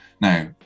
Now